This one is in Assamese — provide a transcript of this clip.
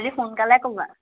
খালি সোনকালে ক'বা